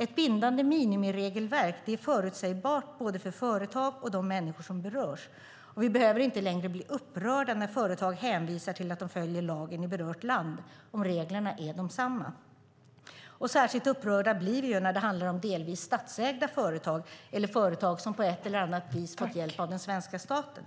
Ett bindande minimiregelverk är förutsägbart för både företag och de människor som berörs, och vi behöver inte längre bli upprörda när företag hänvisar till att de följer lagen i berört land om reglerna är desamma. Särskilt upprörda blir vi när det handlar om delvis statsägda företag eller företag som på ett eller annat vis fått hjälp av den svenska staten.